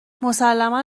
مسلما